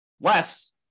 Less